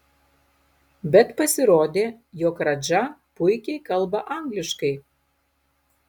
bet pasirodė jog radža puikiai kalba angliškai